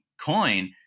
coin